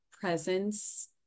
presence